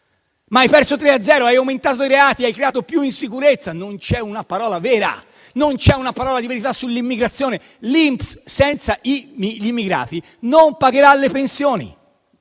Mai hai perso tre a zero, hai aumentato i reati, hai creato più insicurezza. Non c'è una parola vera, non c'è una parola di verità sull'immigrazione. L'INPS senza gli immigrati non pagherà le pensioni,